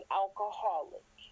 alcoholic